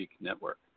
Network